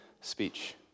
speech